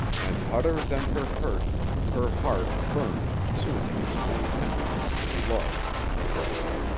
and hotter than her hurt her heart burned consuming its own tenderness and love and trust.